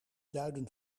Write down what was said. zuiden